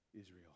Israel